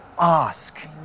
ask